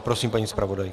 Prosím, paní zpravodajko.